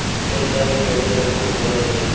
কোন পাইপে গভিরনলকুপ ভালো হবে?